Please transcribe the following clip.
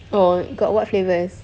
oh got what flavours